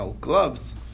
gloves